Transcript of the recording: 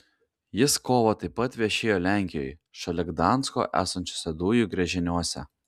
jis kovą taip pat viešėjo lenkijoje šalia gdansko esančiuose dujų gręžiniuose